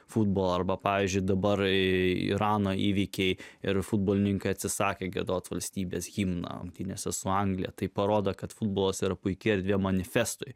futbolą arba pavyzdžiui dabar kai irano įvykiai ir futbolininkai atsisakė giedoti valstybės himną rungtynėse su anglija tai parodo kad futbolas yra puiki erdvė manifestui